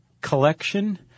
collection